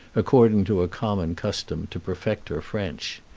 according to a common custom, to perfect her french.